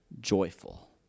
joyful